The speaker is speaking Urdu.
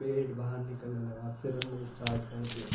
پیٹ باہر نکلنے لگا پھر ہم نے اسٹارٹ کر دیا